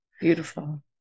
Beautiful